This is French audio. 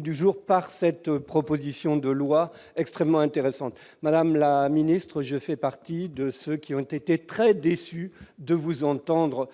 du jour à travers cette proposition de loi extrêmement intéressante. Madame la ministre, je fais partie de ceux qui ont été très déçus par vos propos.